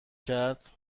کرد